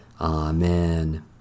Amen